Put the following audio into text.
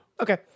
Okay